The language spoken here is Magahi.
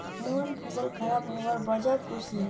मोहन फसल खराब हबार वजह पुछले